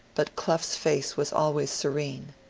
but clough's face was always serene.